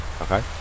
Okay